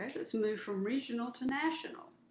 let's move from regional to national.